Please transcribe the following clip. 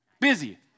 busy